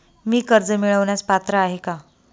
मी कर्ज मिळवण्यास पात्र आहे का?